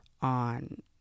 on